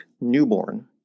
newborn